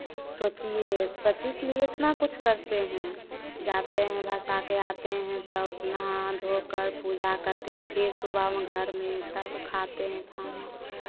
सोचिए पति के लिए इतना कुछ करते हैं जाते हैं भँसा के आते हैं तब नहा धो कर पूजा करते हैं फिर सुबह में घर में तब खाते हैं खाना